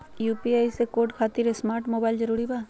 UPI code खातिर smart mobile जरूरी बा?